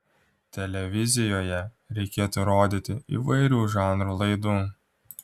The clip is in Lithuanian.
televizijoje reikėtų rodyti įvairių žanrų laidų